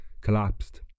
collapsed